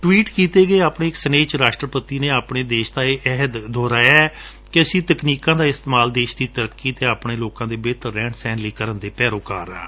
tweet ਕੀਤੇ ਗਏ ਆਪਣੇ ਇਕ ਸੁਨੇਹੇ ਵਿਚ ਰਾਸ਼ਟਰਪਤੀ ਨੇ ਆਪਣੇ ਦੇਸ਼ ਦਾ ਇਹ ਅਹਿਦ ਦੁਹਰਾਇਐ ਕਿ ਅਸੀਂ ਤਕਨੀਕਾਂ ਦਾ ਇਸਤੇਮਾਲ ਦੇਸ਼ ਦੀ ਤਰੱਕੀ ਅਤੇ ਆਪਣੇ ਲੋਕਾਂ ਦੇ ਬੇਹਤਰ ਰਹਿਣ ਸਹਿਣ ਲਈ ਕਰਨ ਦੇ ਪੈਰੋਕਾਰ ਹਾਂ